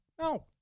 No